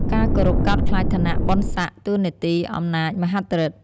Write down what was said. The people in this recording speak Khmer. ការគោរពកោតខ្លាចឋានៈ បុណ្យសក្តិ តួនាទី អំណាចមហិទ្ធិឬទ្ធ។